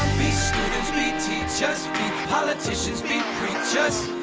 be students, be teachers be politicians, be preachers